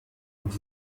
und